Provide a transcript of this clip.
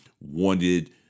wanted